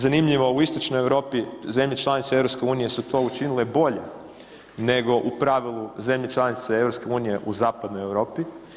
Zanimljivo u Istočnoj Europi zemlje članice EU su to učinile bolje nego u pravilu zemlje članice EU u Zapadnoj Europi.